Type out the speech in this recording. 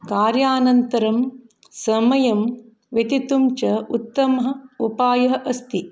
कार्यानन्तरं समयं व्यतितुं च उत्तमः उपायः अस्ति